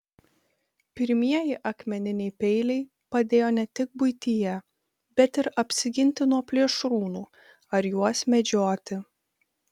pirmieji akmeniniai peiliai padėjo ne tik buityje bet ir apsiginti nuo plėšrūnų ar juos medžioti